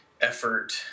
effort